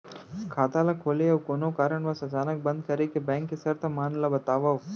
खाता ला खोले अऊ कोनो कारनवश अचानक बंद करे के, बैंक के शर्त मन ला बतावव